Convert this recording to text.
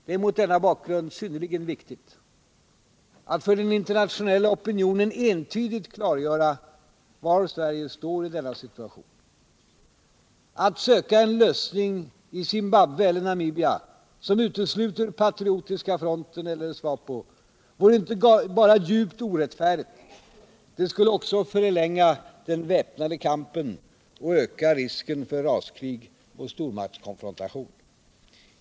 Det är mot denna bakgrund synnerligen viktigt att för den internationella opinionen entydigt klargöra var Sverige står i denna situation. Att söka en lösning i Zimbabwe eller Namibia som utesluter Patriotiska fronten eller SWAPO vore inte bara djupt orättfärdigt, det skulle också förlänga den väpnade kampen och öka riskerna för raskrig och stormaktskonfrontation.